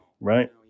Right